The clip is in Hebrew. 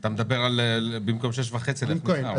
אתה מדבר על 4 אחוזים במקום 6.5. כן.